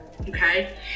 Okay